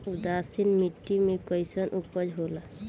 उदासीन मिट्टी में कईसन उपज होला?